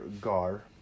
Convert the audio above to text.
Gar